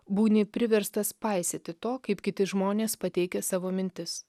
būni priverstas paisyti to kaip kiti žmonės pateikia savo mintis